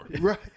right